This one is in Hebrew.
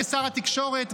כשר התקשורת,